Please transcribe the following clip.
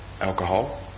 alcohol